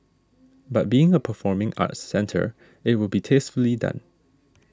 but being a performing arts centre it will be tastefully done